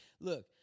Look